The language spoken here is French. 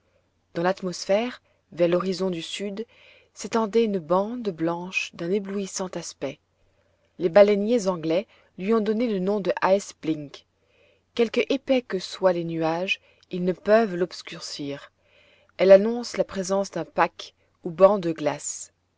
dans l'atmosphère vers l'horizon du sud s'étendait une bande blanche d'un éblouissant aspect les baleiniers anglais lui ont donné le nom de ice blinck quelque épais que soient les nuages ils ne peuvent l'obscurcir elle annonce la présence d'un pack ou banc de glace